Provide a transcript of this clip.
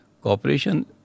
cooperation